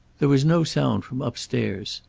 there was no sound from upstairs.